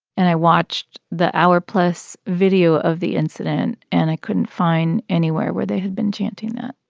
and i watched the hour-plus video of the incident, and i couldn't find anywhere where they had been chanting that